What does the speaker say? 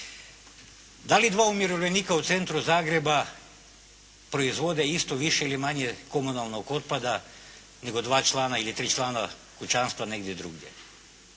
Da li dvoje umirovljenika u centru Zagreba proizvode isto, više ili manje komunalnog otpada, nego dva člana ili tri člana kućanstva negdje drugdje.